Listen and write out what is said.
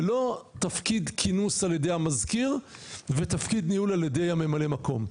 ולא תפקיד כינוס על ידי המזכיר ותפקיד ניהול על ידי הממלא מקום.